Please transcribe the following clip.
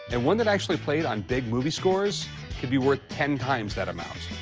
and one that actually played on big movie scores could be worth ten times that amount.